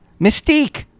Mystique